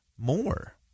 more